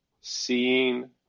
seeing